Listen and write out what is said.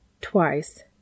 twice